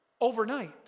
overnight